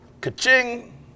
Ka-ching